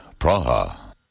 Praha